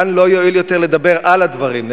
כאן לא יועיל יותר לדבר על הדברים,